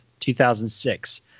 2006